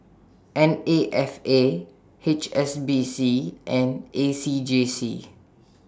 N A F A H S B C and A C J C